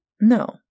No